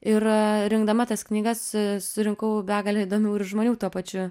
ir rinkdama tas knygas surinkau begalę įdomių ir žmonių tuo pačiu